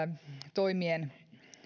toimien